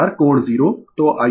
तो IR IR कोण 0